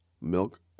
Milk